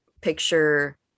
picture